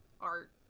art